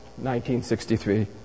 1963